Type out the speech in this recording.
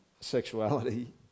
sexuality